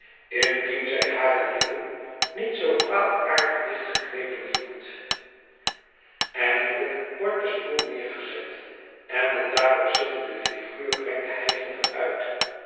indien zij hare lippen niet zoo kwaadaardig dichtgeknepen hield eindelijk wordt de stoel neergezet en de daarop zittende figuur brengt hijgende uit